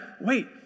wait